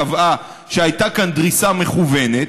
קבעה שהייתה כאן דריסה מכוונת,